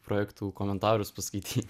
projektų komentarus paskaityt